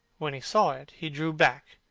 when he saw it he drew back,